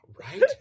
right